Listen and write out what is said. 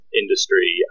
industry